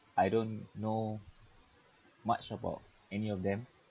I don't know much about any of them